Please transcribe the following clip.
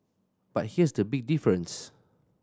but here's the big difference